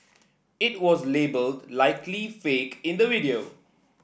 it was labelled Likely Fake in the video